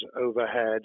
overhead